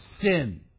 sin